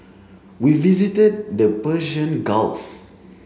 we visited the Persian Gulf